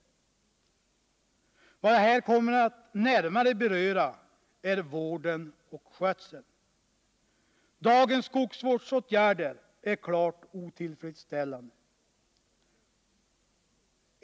"” Vad jag här kommer att närmare beröra är vården och skötseln. Dagens skogsvårdsåtgärder är klart otillfredsställande.